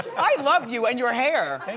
i love you and your hair.